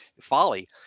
folly